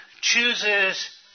chooses